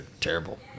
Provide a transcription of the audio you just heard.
terrible